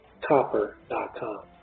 copper.com